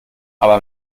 aber